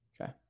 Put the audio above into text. Okay